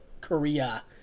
Korea